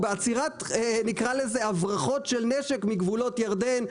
נקרא לזה הברחות של נשק מגבולות ירדן,